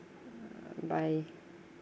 bye